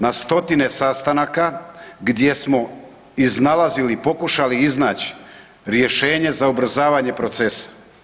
Na stotine sastanaka gdje smo iznalazili, pokušali iznaći rješenje za ubrzavanje procesa.